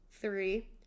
three